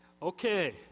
Okay